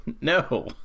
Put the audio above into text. No